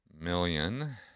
million